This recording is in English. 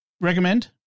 recommend